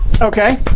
Okay